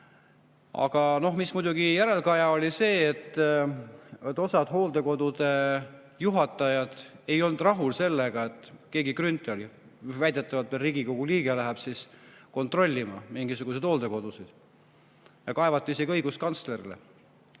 Aga muidugi järelkaja oli see, et osa hooldekodude juhatajatest ei olnud rahul sellega, et keegi Grünthal, väidetavalt veel Riigikogu liige, läheb kontrollima mingisuguseid hooldekodusid. Kaevati isegi õiguskantslerile.